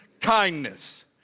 kindness